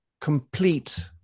complete